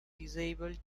disabled